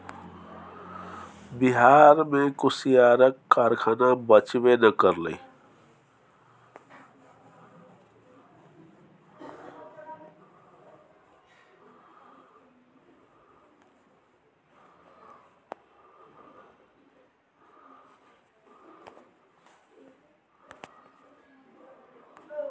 बिहार मे कुसियारक कारखाना बचबे नै करलै